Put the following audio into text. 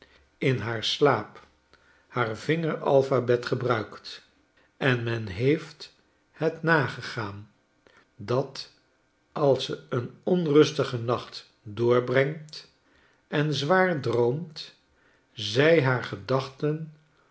in haar slaap haar vinger alphabet gebruikt en men heeft het nagegaan dat als ze een onrustigen nacht doorbrengt en zwaar droomt zij haar gedachten